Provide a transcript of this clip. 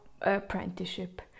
apprenticeship